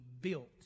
built